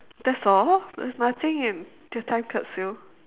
that's all there's nothing in the time capsule